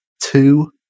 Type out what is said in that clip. two